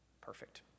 perfect